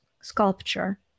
sculpture